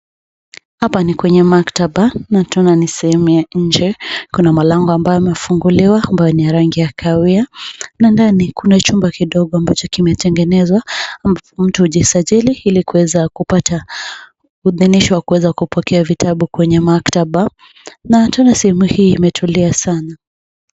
Hapa ni kwenye maktaba, na tena ni sehemu ya nje. Kuna malango ambao imefunguliwa ambayo ni ya rangi ya kahawia, na ndani kuna chumba kidogo ambacho kimetengenezwa m, mtu hujisajili ili kuweza kupata kudhinishwa kuweza kupokea vitabu kwenye maktaba. Na tena sehemu hii imetulia sana.